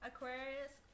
Aquarius